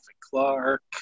Clark